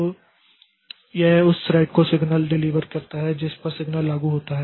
तो यह उस थ्रेड को सिग्नल डिलीवर करता है जिस पर सिग्नल लागू होता है